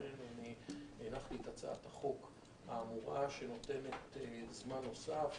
ולכן אני הנחתי את הצעת החוק האמורה שנותנת זמן נוסף,